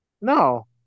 No